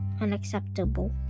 unacceptable